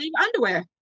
underwear